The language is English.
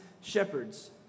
shepherds